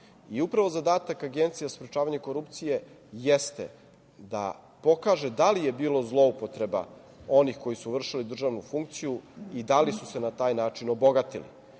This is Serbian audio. Upravo Agencije za sprečavanje korupcije jeste da pokaže da li je bilo zloupotreba onih koji su vršili državnu funkciju i da li su se na taj način obogatili. Mislim